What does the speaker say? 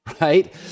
right